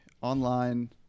online